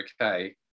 okay